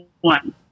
one